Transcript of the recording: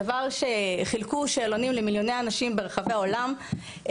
חילקו שאלונים למיליוני אנשים ברחבי העולם,